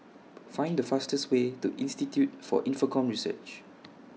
Find The fastest Way to Institute For Infocomm Research